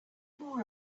more